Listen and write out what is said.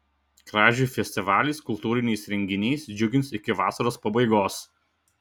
kražių festivalis kultūriniais renginiais džiugins iki vasaros pabaigos